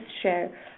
share